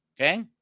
okay